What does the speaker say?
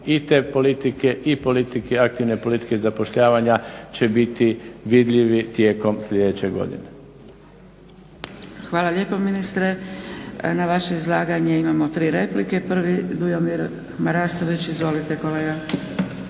i te politike i aktivne politike zapošljavanja će biti vidljivi tijekom sljedeće godine. **Zgrebec, Dragica (SDP)** Hvala lijepo ministre. Na vaše izlaganje imamo tri replike. Prvi Dujomir Marasović. Izvolite kolega.